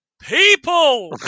people